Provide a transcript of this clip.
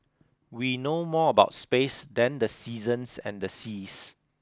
we know more about space than the seasons and the seas